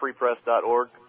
FreePress.org